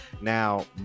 now